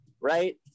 right